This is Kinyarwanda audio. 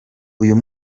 uyu